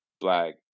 black